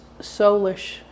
soulish